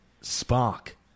spark